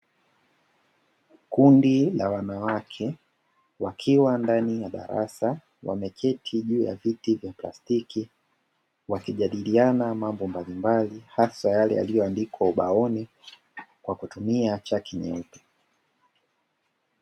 Kundi la wanawake, wakiwa ndani ya darasa. Wameketi juu ya viti vya plastiki, wakijadiliana mambo mbalimbali, hasa yale yaliyoandikwa ubaoni, kwa kutumia chaki nyeupe.